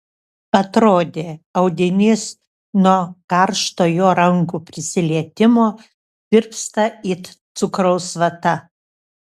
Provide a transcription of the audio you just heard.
atrodė audinys nuo karšto jo rankų prisilietimo tirpsta it cukraus vata